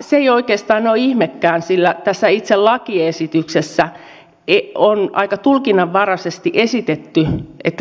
se ei oikeastaan ole ihmekään sillä tässä itse lakiesityksessä on aika tulkinnanvaraisesti esitetty